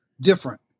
different